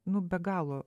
nu be galo